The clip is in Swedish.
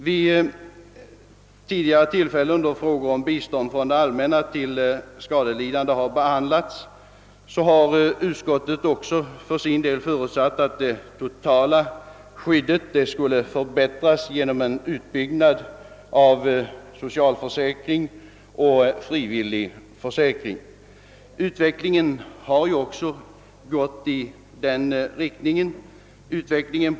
Vid tidigare tillfällen då frågor om bistånd från det allmänna till skade lidande har behandlats har utskottet förutsatt att det totala skyddet skulle förbättras genom en utbyggnad av socialförsäkring och frivillig försäkring. Utvecklingen har 'också gått i den riktningen.